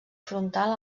frontal